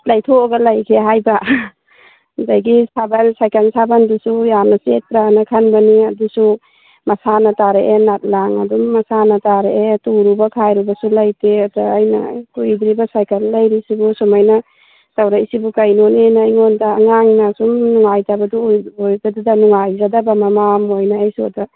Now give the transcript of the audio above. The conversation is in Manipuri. ꯂꯩꯊꯣꯛꯑꯒ ꯂꯩꯈꯤ ꯍꯥꯏꯕ ꯑꯗꯨꯗꯒꯤ ꯁꯥꯕꯜ ꯁꯥꯏꯀꯜ ꯁꯥꯕꯜꯗꯨꯁꯨ ꯌꯥꯝꯅ ꯆꯦꯠꯄ꯭ꯔꯥꯅ ꯈꯟꯕꯅꯤ ꯑꯗꯨꯁꯨ ꯃꯁꯥꯅ ꯇꯥꯔꯛꯑꯦ ꯅꯠ ꯂꯥꯡ ꯑꯗꯨꯝ ꯃꯁꯥꯅ ꯇꯥꯔꯛꯑꯦ ꯇꯨꯔꯨꯕ ꯈꯥꯥꯏꯔꯨꯕꯁꯨ ꯂꯩꯇꯦ ꯑꯗꯣ ꯑꯩꯅ ꯀꯨꯏꯗ꯭ꯔꯤꯕ ꯁꯥꯏꯀꯜ ꯂꯩꯔꯤꯁꯤꯕꯨ ꯁꯨꯃꯥꯏꯅ ꯇꯧꯔꯛꯏꯁꯤꯕꯨ ꯀꯩꯅꯣꯅꯦꯅ ꯑꯩꯉꯣꯟꯗ ꯑꯉꯥꯡꯅ ꯁꯨꯝ ꯅꯨꯡꯉꯥꯏꯇꯕ ꯑꯣꯏꯕꯗꯨꯗ ꯅꯨꯡꯉꯥꯏꯖꯗꯗꯅ ꯃꯥꯃꯥ ꯑꯃ ꯑꯣꯏꯅ ꯑꯩꯁꯨ ꯑꯗꯨꯗ